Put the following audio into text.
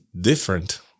different